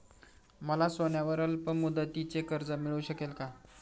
मला सोन्यावर अल्पमुदतीचे कर्ज मिळू शकेल का?